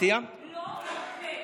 אנחנו לא נרפה.